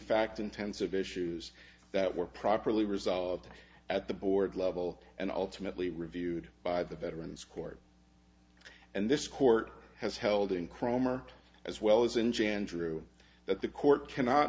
fact intensive issues that were properly resolved at the board level and ultimately reviewed by the veterans court and this court has held in cromer as well as in chandru that the court cannot